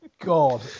god